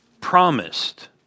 promised